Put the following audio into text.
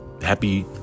happy